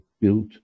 built